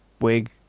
Wig